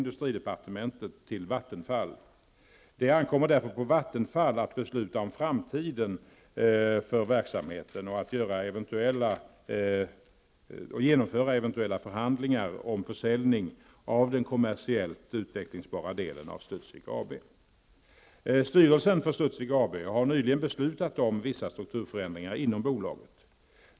Det ankommer därför på Vattenfall att besluta om framtiden för verksamheten och att genomföra eventuella förhandlingar om försäljning av den kommersiellt utvecklingsbara delen av Styrelsen för Studsvik AB har nyligen beslutat om vissa strukturförändringar inom bolaget.